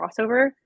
crossover